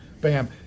Bam